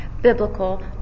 biblical